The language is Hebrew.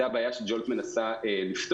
זו הבעיה ש- Joltמנסה לפתור.